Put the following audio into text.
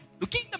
looking